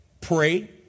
pray